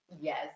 Yes